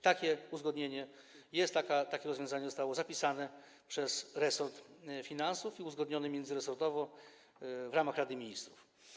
Takie uzgodnienie jest, takie rozwiązanie zostało zapisane przez resort finansów i uzgodnione międzyresortowo w ramach Rady Ministrów.